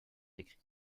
écrits